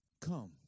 come